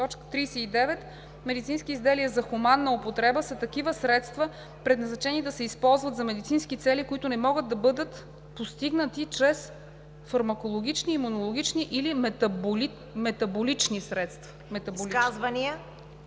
39: „39. „Медицински изделия за хуманна употреба“ са такива средства, предназначени да се използват за медицински цели, които не могат да бъдат постигнати чрез фармакологични, имунологични или метаболични средства.“ Комисията